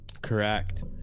Correct